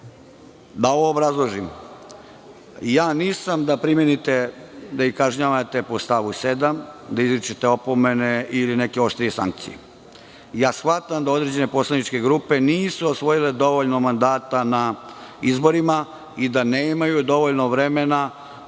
ovo obrazložim. Nisam da ih kažnjavate po stavu 7, da izričete opomene ili sankcije. Shvatam da određene poslaničke grupe nisu osvojile dovoljno mandata na izborima i da nemaju dovoljno vremena